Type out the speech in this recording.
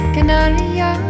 Canaria